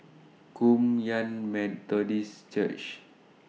Kum Yan Methodist Church